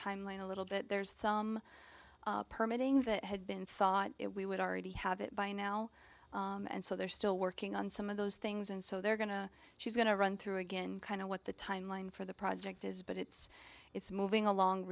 timeline a little bit there's some that had been thought it we would already have it by now and so they're still working on some of those things and so they're going to she's going to run through again kind of what the timeline for the project is but it's it's moving along